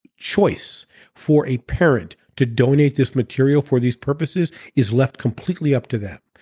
choice for a parent to donate this material for these purposes is left completely up to them.